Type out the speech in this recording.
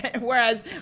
whereas